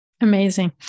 Amazing